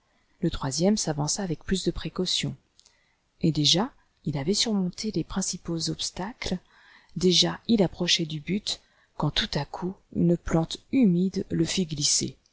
le troisième s'avança avec plus de précaution et déjà il avait surmonté les principaux obstacles déjà il approchait du but quand tout à coup une plante humide le fit glisser